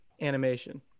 animation